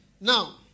Now